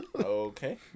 Okay